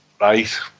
right